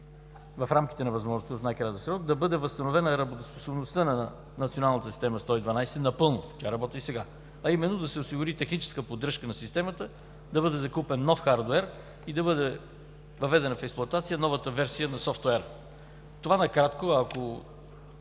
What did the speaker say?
в рамките на възможното, в най-кратък срок, да бъде възстановена работоспособността на Националната система 112 напълно – тя работи и сега, а именно да се осигури техническа поддръжка на системата, да бъде закупен нов хардуер и да бъде въведена в експлоатация новата версия на софтуера. Това накратко, ако